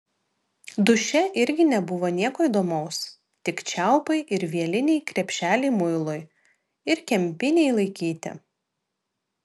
duše irgi nebuvo nieko įdomaus tik čiaupai ir vieliniai krepšeliai muilui ir kempinei laikyti